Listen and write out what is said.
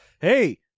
hey